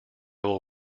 will